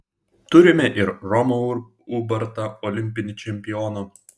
turime ir romą ubartą olimpinį čempioną